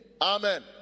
Amen